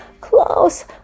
close